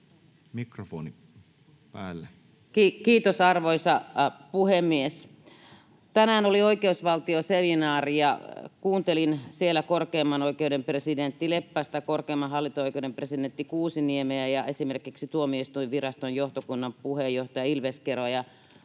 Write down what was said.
suljettuna] Kiitos, arvoisa puhemies! Tänään oli oikeusvaltioseminaari, ja kuuntelin siellä korkeimman oikeuden presidentti Leppästä, korkeimman hallinto-oikeuden presidentti Kuusiniemeä ja esimerkiksi Tuomioistuinviraston johtokunnan puheenjohtaja Ilveskeroa,